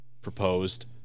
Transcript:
proposed